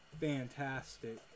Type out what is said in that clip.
fantastic